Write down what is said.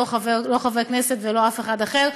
לא חברי כנסת ולא אף אחד אחר.